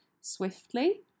swiftly